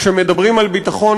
כשמדברים על ביטחון,